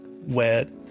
wet